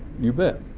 you bet.